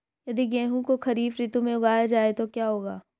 यदि गेहूँ को खरीफ ऋतु में उगाया जाए तो क्या होगा?